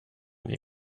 you